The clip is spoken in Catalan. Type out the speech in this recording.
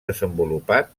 desenvolupat